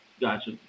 Gotcha